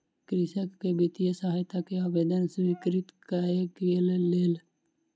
कृषक के वित्तीय सहायता के आवेदन स्वीकृत कय लेल गेल